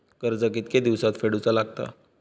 कर्ज कितके दिवसात फेडूचा लागता?